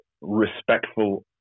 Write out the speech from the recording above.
respectful